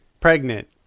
pregnant